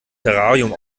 terrarium